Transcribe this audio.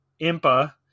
Impa